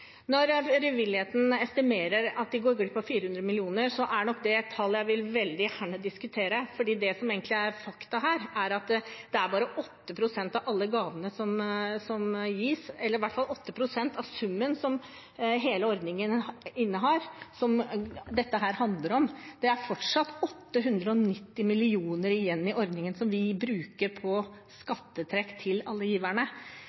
Når frivilligheten estimerer at de vil gå glipp av 400 mill. kr, er nok det et tall jeg veldig gjerne vil diskutere, for det som egentlig er fakta her, er at det er bare 8 pst. av summen i hele ordningen som dette handler om. Det er fortsatt 890 mill. kr igjen i ordningen som vi bruker på